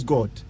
God